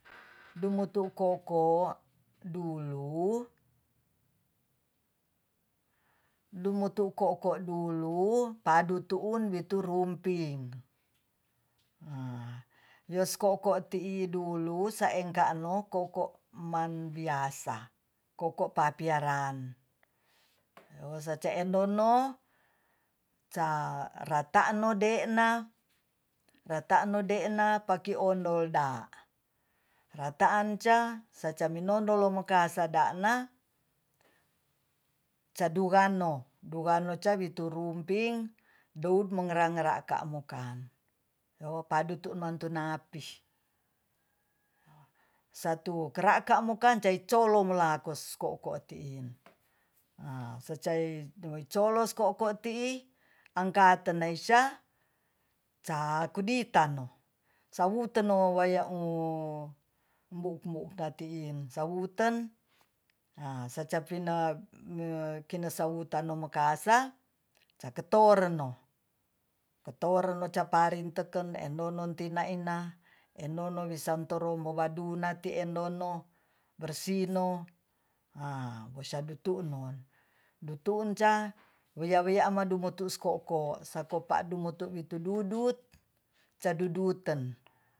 dumutu ko'ko dulu- padu tuun biturumping yes ko'ko tii dulu saengkano ko'ko man biasa ko'ko papiaran saceendono ca ratan no de'na pakiondolda rataan ca sacaminondol lomokasada'na caduran no duranno ca biturumping dout mengera-mengera kaat mokan ho padu tu mantunapih satu kera'kaa mokan caicolo melakos ko'ko tii mecolos ko'ko ti'i angkaten naisa cakuditano sawuteno waya'u buk-buk nati'in sawuten a saca pina mekenesawutano makasa cakotoreno- capari teken enu nun tina ina enunu wisantoru mobadunati endono bersino a wisiadutuno dutunca wia-wiama dumutuosko ko sako pa'du mutu bitududut caduduten